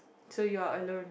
so you are alone